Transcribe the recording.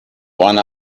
one